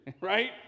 right